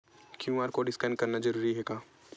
QR code scan करना जरूरी हे का?